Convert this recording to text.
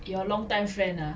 your longtime friend ah